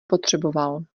potřeboval